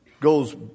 goes